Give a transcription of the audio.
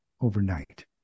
overnight